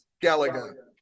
Gallagher